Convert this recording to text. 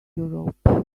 europe